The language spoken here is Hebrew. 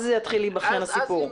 אז יתחיל להיבחן הסיפור.